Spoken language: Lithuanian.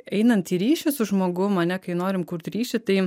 einant į ryšį su žmogum ane kai norim kurt ryšį tai